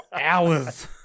hours